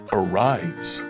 arrives